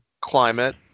climate